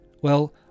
Well